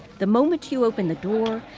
the moment you open the door,